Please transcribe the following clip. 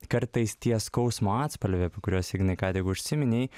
kartais tie skausmo atspalviai apie kuriuos ignai ką tik užsiminei